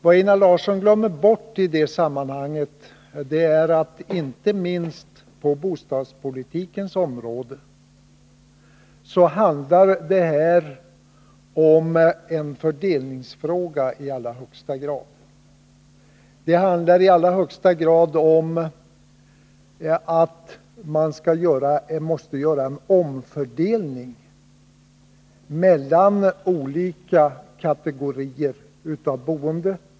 Vad Einar Larsson i det sammanhanget glömmer bort är att det i allra högsta grad — och det gäller inte minst på bostadspolitikens område — handlar om att en omfördelning måste göras mellan olika kategorier av boende.